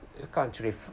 Country